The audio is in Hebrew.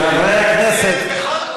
חברי הכנסת.